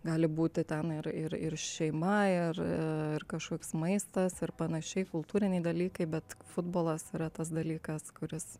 gali būti tem ir ir ir šeima ir kažkoks maistas ir panašiai kultūriniai dalykai bet futbolas yra tas dalykas kuris